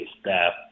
staff